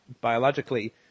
biologically